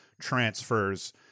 transfers